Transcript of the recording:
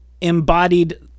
embodied